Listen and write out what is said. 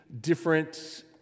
different